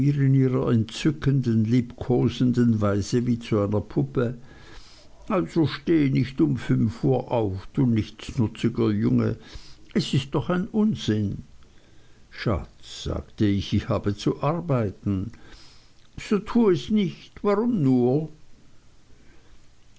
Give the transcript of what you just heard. entzückenden liebkosenden weise wie zu einer puppe also steh nicht um fünf uhr auf du nichtsnutziger junge es ist doch ein unsinn schatz sagte ich ich habe zu arbeiten so tu es nicht warum nur